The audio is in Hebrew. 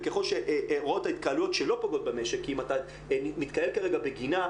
וכלל שהוראות ההתקהלות שלא פוגעות במשק אם אתה מתקהל כרגע בגינה,